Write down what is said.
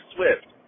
Swift